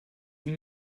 ihn